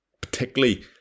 particularly